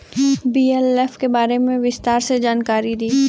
BLF के बारे में विस्तार से जानकारी दी?